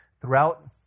throughout